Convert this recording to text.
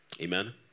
Amen